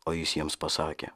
o jis jiems pasakė